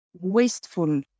wasteful